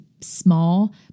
small